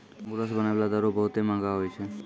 अंगूरो से बनै बाला दारू बहुते मंहगा होय छै